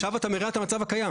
עכשיו את מרע את המצב הקיים.